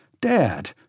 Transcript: Dad